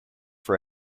for